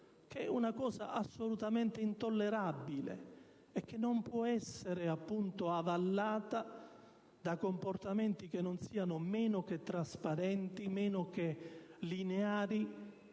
è una cosa assolutamente intollerabile, che non può essere avallata da comportamenti che siano meno che trasparenti, meno che lineari,